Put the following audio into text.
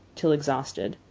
till exhausted.